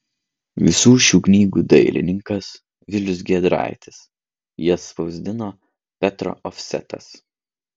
visų šių knygų dailininkas vilius giedraitis jas spausdino petro ofsetas